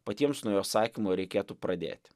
patiems nuo jos sakymo reikėtų pradėti